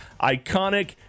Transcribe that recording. iconic